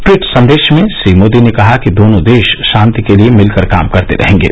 tweet संदेश में मोदी ने कहा कि दोनों देश शांति के लिए मिलकर काम करते रहेंगे